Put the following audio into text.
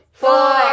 Four